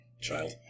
Child